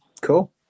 cool